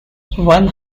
one